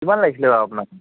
কিমান লাগিছিলে বাৰু আপোনাক